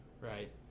Right